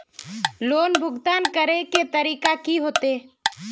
Loan भुगतान करे के तरीका की होते?